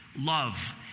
love